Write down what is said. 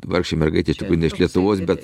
vargšė mergaitė ne iš lietuvos bet